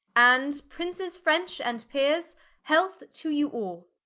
and princes french and peeres health to you all